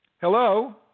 Hello